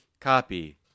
copy